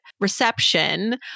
reception